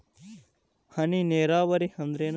ಹನಿ ನೇರಾವರಿ ಅಂದ್ರ ಏನ್?